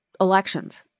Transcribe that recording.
elections